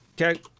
Okay